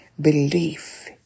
belief